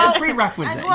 ah prerequisite.